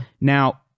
Now